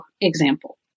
example